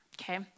Okay